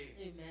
Amen